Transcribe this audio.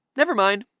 never mind,